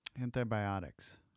Antibiotics